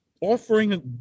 offering